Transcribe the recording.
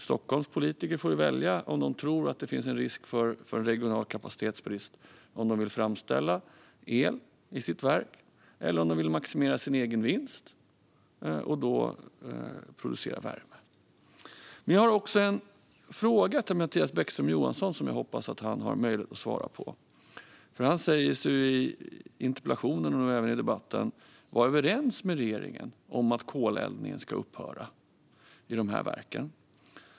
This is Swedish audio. Stockholms politiker får välja om de tror att det finns en risk för regional kapacitetsbrist om de vill framställa el i sitt verk eller om de vill maximera sin egen vinst och då producera värme. Jag har en fråga till Mattias Bäckström Johansson som jag hoppas att han har möjlighet att svara på. Han har i interpellationen, och i debatten, sagt att han är överens med regeringen om att koleldningen ska upphöra i dessa verk.